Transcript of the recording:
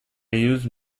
used